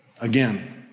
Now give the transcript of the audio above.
again